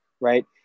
right